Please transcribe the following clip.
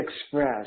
express